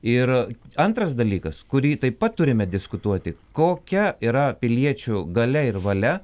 ir antras dalykas kurį taip pat turime diskutuoti kokia yra piliečių galia ir valia